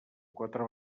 quatre